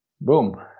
boom